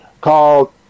called